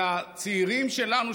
על הצעירים שלנו,